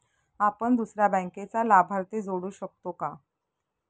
आपण दुसऱ्या बँकेचा लाभार्थी जोडू शकतो का?